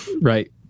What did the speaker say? Right